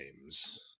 names